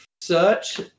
search